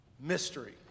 Mystery